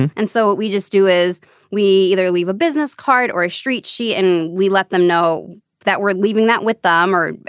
and so we just do is we either leave a business card or a street she and we let them know that we're leaving that with them or